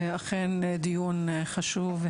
אכן דיון חשוב,